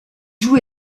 joue